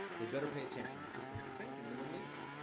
they better pay attention because things are changing in the middle east.